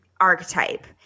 archetype